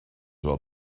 will